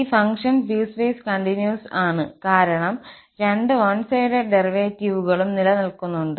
ഈ function piecewise continuous ആണ് കാരണം രണ്ട് വൺ സൈഡഡ് ഡെറിവേറ്റീവുകളും നിലനിൽക്കുന്നുണ്ട്